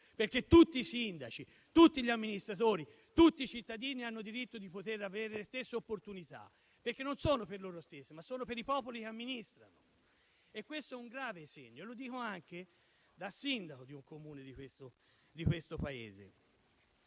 Tutti i sindaci, tutti gli amministratori, tutti i cittadini hanno diritto di poter avere le stesse opportunità, perché sono non per loro stessi, ma per i popoli che amministrano. Questo è un grave segno, e lo dico anche da sindaco di un Comune di questo Paese.